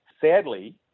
Sadly